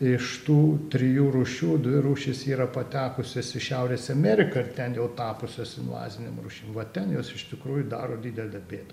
iš tų trijų rūšių dvi rūšys yra patekusios į šiaurės ameriką ten jau tapusios invazinėm rūšim va ten jos iš tikrųjų daro didelę bėdą